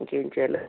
ఇంకేం చేయలా